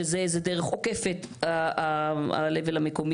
שזו איזו שהיא דרך עוקפת של ה- Level המקומי,